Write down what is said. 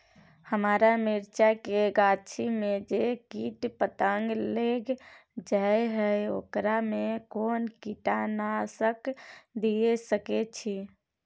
हमरा मिर्चाय के गाछी में जे कीट पतंग लैग जाय है ओकरा में कोन कीटनासक दिय सकै छी?